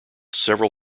several